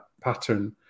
pattern